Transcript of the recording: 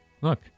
Look